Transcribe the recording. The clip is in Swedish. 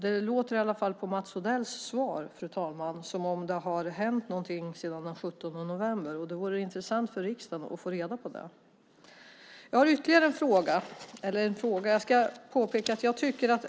Det lät på Mats Odells svar, fru talman, som om det har hänt något sedan den 17 november. Det vore intressant för riksdagen att få reda på det.